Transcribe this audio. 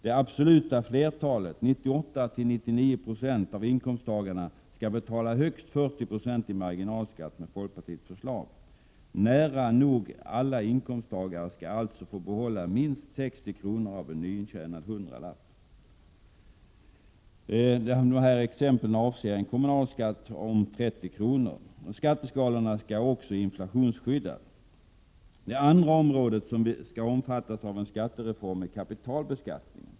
Det absoluta flertalet, 98-99 26 av inkomsttagarna, skall betala högst 40 96 i marginalskatt enligt folkpartiets förslag. Nära nog alla inkomsttagare skall alltså få behålla minst 60 kr. av en nyintjänad hundralapp. Dessa exempel avser en kommunalskatt om 30 kr. Skatteskalorna skall också inflationsskyddas. Det andra området som skall omfattas av en skattereform är kapitalbeskattningen.